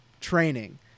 training